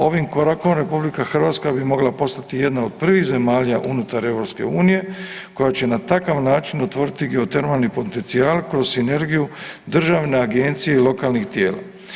Ovim korakom RH bi mogla postati jedna od prvih zemalja unutar EU koja će na takav način otvoriti geotermalni potencijal kroz sinergiju državne agencije i lokalnih tijela.